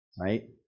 right